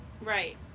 Right